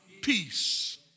Peace